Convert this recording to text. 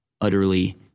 utterly